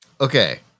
Okay